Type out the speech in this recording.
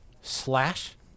slash